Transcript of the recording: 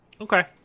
okay